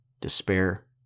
despair